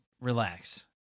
relax